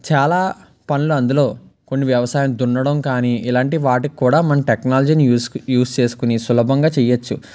చాలా పనులు అందులో కొన్ని వ్యవసాయం దున్నడం కానీ ఇలాంటి వాటికి కూడా మనం టెక్నాలజీని యూస్ యూస్ కొ చేసుకొని సులభంగా చేయొచ్చు